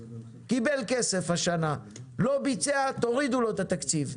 קיבל כסף השנה, לא ביצע תורידו לו את התקציב.